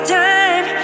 time